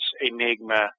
Enigma